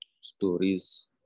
stories